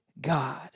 God